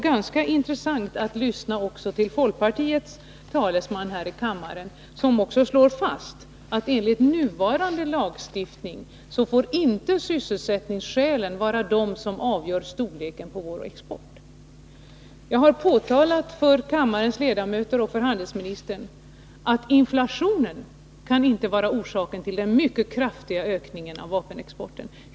Det är ganska intressant att lyssna också till folkpartiets talesman här i kammaren som slår fast att enligt nuvarande lagstiftning får sysselsättnings skälen inte vara de som avgör storleken på vår vapenexport. Jag har påvisat för kammarens ledamöter och för handelsministern att inflationen inte kan vara orsak till den mycket kraftiga ökningen av vapenexporten.